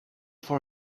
for